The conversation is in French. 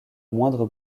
moindre